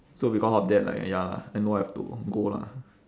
so because of that like ya I know I have to go lah